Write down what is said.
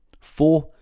Four